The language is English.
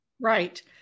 right